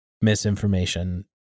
misinformation